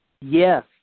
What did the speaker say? Yes